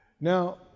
Now